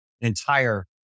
entire